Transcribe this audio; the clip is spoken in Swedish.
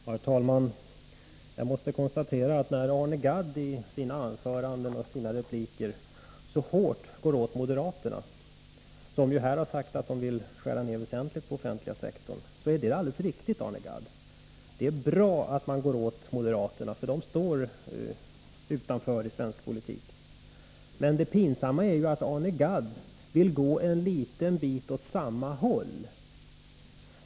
Herr talman! Jag måste konstatera, att när Arne Gadd i sina anföranden och repliker så hårt går åt moderaterna, som ju här har sagt att de vill skära ned väsentligt när det gäller den offentliga sektorn, är det alldeles riktigt. Det är bra att man går emot moderaterna, för de står utanför i svensk politik. Men det pinsamma är att Arne Gadd vill gå en liten bit åt samma håll som moderaterna.